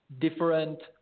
different